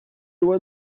one